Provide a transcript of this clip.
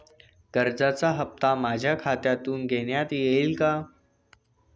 कर्जाचा हप्ता माझ्या खात्यातून घेण्यात येईल का?